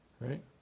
right